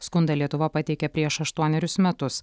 skundą lietuva pateikė prieš aštuonerius metus